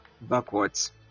backwards